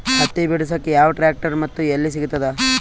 ಹತ್ತಿ ಬಿಡಸಕ್ ಯಾವ ಟ್ರ್ಯಾಕ್ಟರ್ ಮತ್ತು ಎಲ್ಲಿ ಸಿಗತದ?